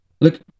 look